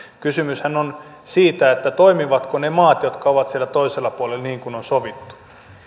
kysymyshän on siitä toimivatko ne maat jotka ovat siellä toisella puolella niin kuin on sovittu